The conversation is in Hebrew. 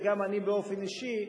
וגם אני באופן אישי,